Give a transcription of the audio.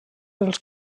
els